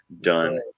done